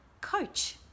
Coach